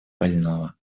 больного